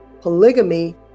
Polygamy